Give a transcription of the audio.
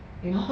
you know